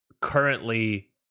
currently